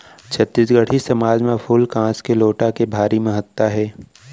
छत्तीसगढ़ी समाज म फूल कांस के लोटा के भारी महत्ता हे